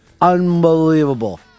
unbelievable